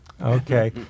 Okay